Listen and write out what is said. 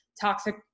toxic